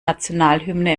nationalhymne